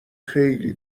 خیلی